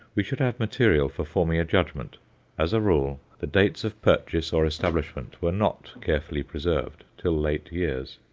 we should have material for forming a judgment as a rule, the dates of purchase or establishment were not carefully preserved till late years.